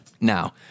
Now